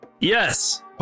Yes